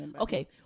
Okay